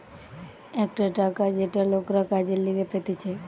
একটা টাকা যেটা লোকরা কাজের লিগে পেতেছে